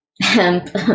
hemp